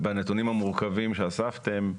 בנתונים המורכבים שאספתם,